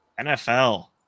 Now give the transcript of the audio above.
NFL